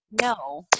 no